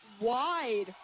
wide